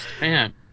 man